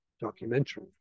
documentary